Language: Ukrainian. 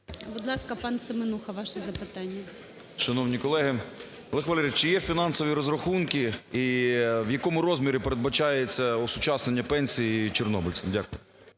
Будь ласка, пан Семенуха, ваше запитання. 16:41:33 СЕМЕНУХА Р.С. Шановні колеги! Олег Валерійович, є фінансові розрахунки? І в якому розмірі передбачається осучаснення пенсій чорнобильцям? Дякую.